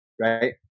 right